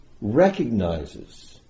recognizes